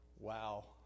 Wow